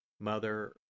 Mother